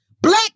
black